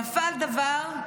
נפל דבר,